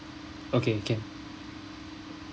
okay can